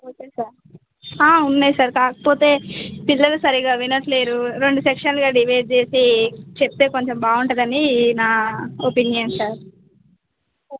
okay sir ఉన్నాయి sir కాకపోతే పిల్లలు సరిగా వినట్లేరు రెండు సెక్షన్లుగా డివైడ్ చేసి చెప్తే కొంచెం బాగుంటుందని నా ఒపీనియన్ సార్